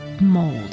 mold